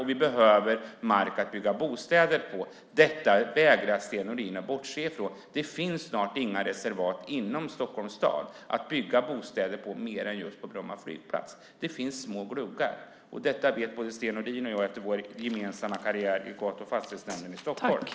Den behöver mark att bygga bostäder på. Detta vägrar Sten Nordin att inse. Det finns snart inga reservat inom Stockholms stad att bygga bostäder på mer än just på Bromma flygplats. Det finns små gluggar. Det vet både Sten Nordin och jag efter vår gemensamma karriär i Gatu och fastighetsnämnden i Stockholm.